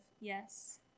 yes